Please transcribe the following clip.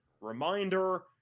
Reminder